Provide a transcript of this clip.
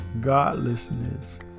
godlessness